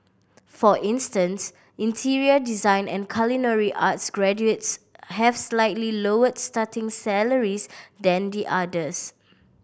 for instance interior design and culinary arts graduates have slightly lower starting salaries than the others